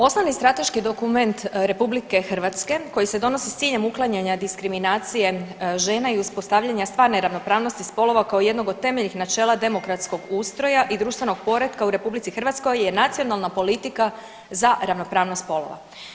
Osnovni strateški dokument RH koji se donosi s ciljem uklanjanja diskriminacije žena i uspostavljanje stvarne ravnopravnosti spolova kao jednog od temeljnih načela demokratskog ustroja i društvenog poretka u RH je Nacionalna politika za ravnopravnost spolova.